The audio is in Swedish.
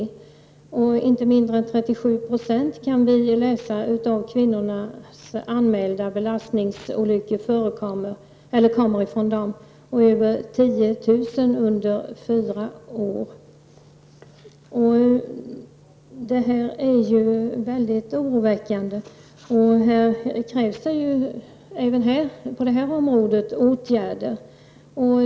Vi kunde där läsa att inte mindre än 37 % av de bland kvinnor anmälda belastningsolyckorna sker i denna grupp. Det är fråga om mer än 10 000 olyckor under fyra års tid. Detta är väldigt oroväckande, och även på detta område krävs därför åtgärder.